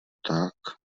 tak